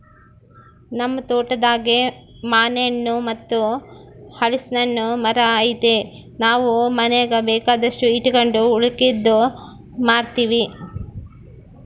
ನಮ್ ತೋಟದಾಗೇ ಮಾನೆಣ್ಣು ಮತ್ತೆ ಹಲಿಸ್ನೆಣ್ಣುನ್ ಮರ ಐತೆ ನಾವು ಮನೀಗ್ ಬೇಕಾದಷ್ಟು ಇಟಗಂಡು ಉಳಿಕೇದ್ದು ಮಾರ್ತೀವಿ